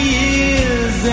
years